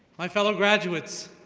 my fellow graduates,